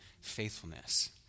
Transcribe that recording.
faithfulness